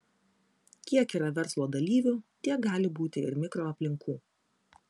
kiek yra verslo dalyvių tiek gali būti ir mikroaplinkų